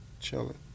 chilling